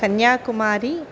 Kanyakumari